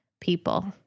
people